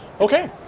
Okay